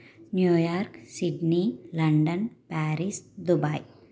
New York Sydney London Paris Dubai